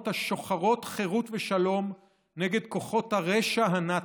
השוחרות חירות ושלום נגד כוחות הרשע הנאצי,